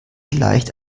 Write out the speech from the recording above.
gleicht